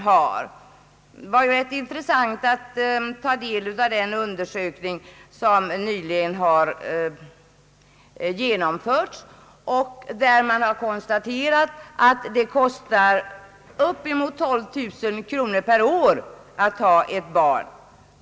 Det var ganska intressant att ta del av den undersökning som nyligen har gjorts och som givit vid handen att det kostar uppemot 12 000 kronor per år att ha ett barn.